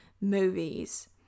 movies